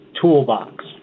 toolbox